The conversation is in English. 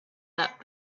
that